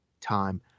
time